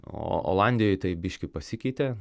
o olandijoj tai biški pasikeitė